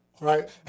Right